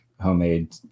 homemade